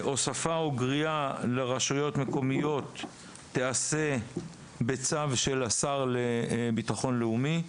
הוספה או גריעה לרשויות מקומיות תיעשה בצו של השר לבטחון לאומי,